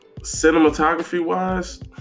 Cinematography-wise